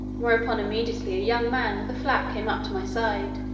whereupon immediately a young man with a flap came up to my side,